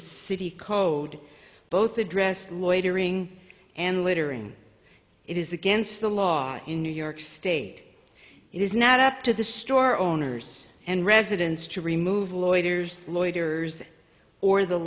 the city code both address loitering and litter and it is against the law in new york state it is not up to the store owners and residents to remove loiters loiters or the